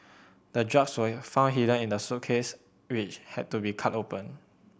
the drugs were found hidden in the suitcase which had to be cut open